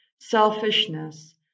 selfishness